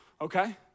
okay